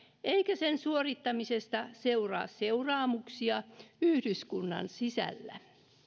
eikä sen suorittamisesta seuraa seuraamuksia yhdyskunnan sisällä